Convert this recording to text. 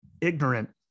ignorant